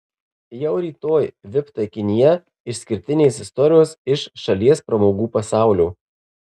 jau rytoj vip taikinyje išskirtinės istorijos iš šalies pramogų pasaulio